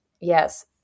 yes